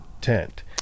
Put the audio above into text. tent